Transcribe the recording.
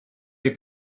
dei